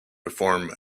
perform